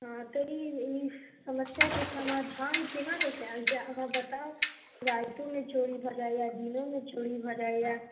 हँ तऽ इ इ समस्याके समाधान केनाके कयल जाय अहाँ बताउ राइतोमे चोरी भऽ जाइए दिनोमे चोरी भऽ जाइए